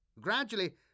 Gradually